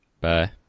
Bye